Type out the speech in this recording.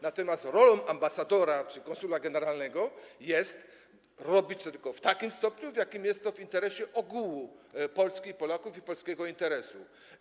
Natomiast rolą ambasadora czy konsula generalnego jest robić to tylko w takim stopniu, w jakim jest to w interesie ogółu Polski, Polaków, w polskim interesie.